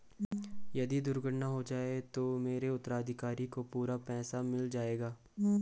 यदि दुर्घटना हो जाये तो मेरे उत्तराधिकारी को पूरा पैसा मिल जाएगा?